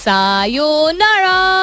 Sayonara